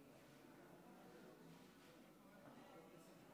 אני במקרה